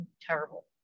terrible